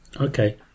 Okay